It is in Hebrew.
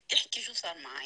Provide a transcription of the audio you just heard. תודה, רדא.